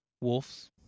Wolves